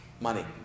Money